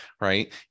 right